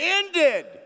ended